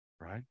Right